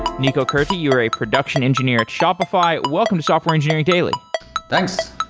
niko kurtti, you're a production engineer at shopify. welcome to software engineering daily thanks.